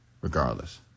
regardless